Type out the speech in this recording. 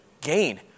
Gain